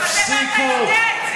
ואתה יודע את זה.